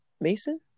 Mason